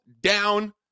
down